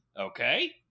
okay